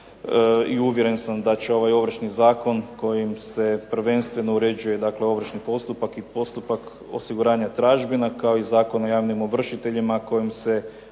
i uvjeren sam da će ovaj Ovršni zakon kojim se prvenstveno uređuje dakle ovršni postupak i postupak osiguranja tražbina kao i Zakon o javnim ovršiteljima kojim se